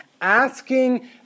asking